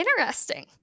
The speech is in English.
interesting